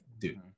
dude